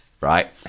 right